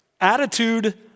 attitude